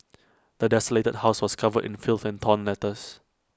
the desolated house was covered in filth and torn letters